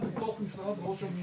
לגבי כל סוגי